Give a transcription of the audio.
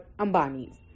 Ambani's